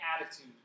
attitude